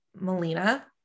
Melina